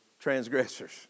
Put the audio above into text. transgressors